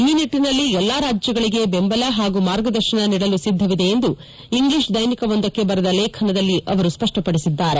ಈ ನಿಟ್ಟನಲ್ಲಿ ಎಲ್ಲಾ ರಾಜ್ಯಗಳಿಗೆ ಬೆಂಬಲ ಹಾಗೂ ಮಾರ್ಗದರ್ಶನ ನೀಡಲು ಸಿದ್ಧವಿದೆ ಎಂದು ಇಂಗ್ಲೀಷ್ ದೈನಿಕವೊಂದಕ್ಕೆ ಬರೆದ ಲೇಖನದಲ್ಲಿ ಅವರು ಸ್ಪಷ್ಟಪಡಿಸಿದ್ದಾರೆ